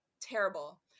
terrible